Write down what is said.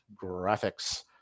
graphics